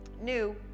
new